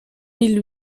mille